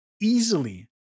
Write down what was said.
easily